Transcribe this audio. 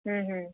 ऊं हूं